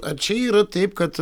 ar čia yra taip kad